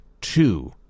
two